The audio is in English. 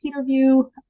Peterview